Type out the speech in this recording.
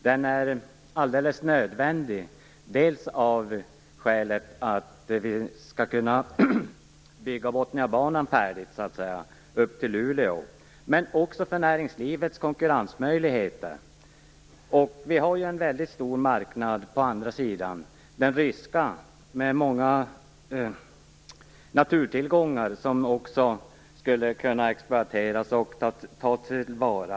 Den är alldeles nödvändig, dels för att kunna bygga Botniabanan färdigt ända fram till Luleå, dels för näringslivets konkurrensmöjligheter. Det finns en stor marknad på andra sidan gränsen - den ryska marknaden. Det finns många naturtillgångar som skulle kunna exploateras och tas till vara.